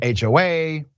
HOA